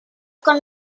con